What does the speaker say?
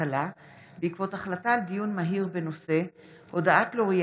הכלכלה בעקבות דיון מהיר בהצעתם של חברי